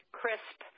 crisp